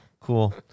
cool